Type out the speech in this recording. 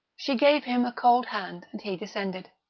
she gave him a cold hand, and he descended.